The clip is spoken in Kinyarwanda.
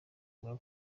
bwa